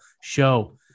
Show